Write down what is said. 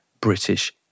British